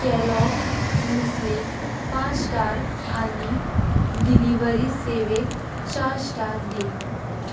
Kellogg's मुस्लीक पांच star आनी डिलिव्हरी सेवेक चार स्टार दी